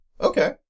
Okay